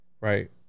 right